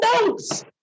notes